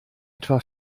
etwa